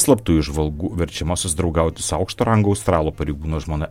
slaptųjų žvalgų verčiama susidraugauti su aukšto rango australų pareigūno žmona